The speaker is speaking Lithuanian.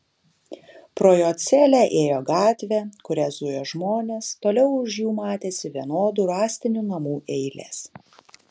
pro jo celę ėjo gatvė kuria zujo žmonės toliau už jų matėsi vienodų rąstinių namų eilės